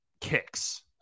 kicks